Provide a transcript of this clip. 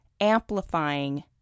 amplifying